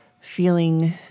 feeling